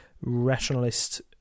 rationalist